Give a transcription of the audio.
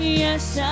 yes